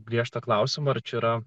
griežtą klausimą ar čia yra